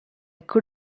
could